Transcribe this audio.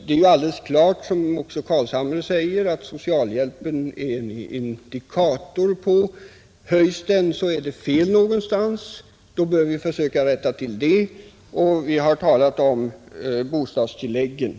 Det är alldeles klart, som herr Carlshamre sade, att socialhjälpen är en indikator. Ökar den i omfattning, så är det fel någonstans, och då bör vi försöka rätta till det. Vi har talat om bostadstilläggen.